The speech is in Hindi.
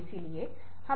हमें अभ्यास करना होगा